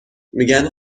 میگن